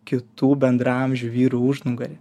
kitų bendraamžių vyrų užnugaryje